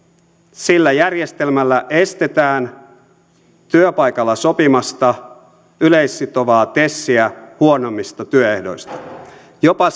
sillä järjestelmällä estetään työpaikalla sopimasta yleissitovaa tesiä huonommista työehdoista jopa